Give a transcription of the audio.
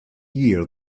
year